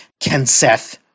Kenseth